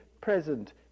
present